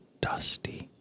dusty